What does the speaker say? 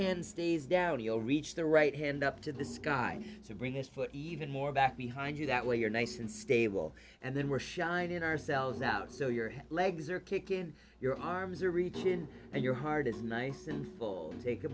hand stays down he'll reach the right hand up to the sky to bring his foot even more back behind you that way you're nice and stable and then we're shining ourselves out so your legs are kicking your arms are reaching and your heart is nice and full take a